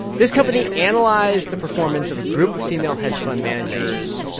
this company analyzed the performance of a group of female hedge fund managers.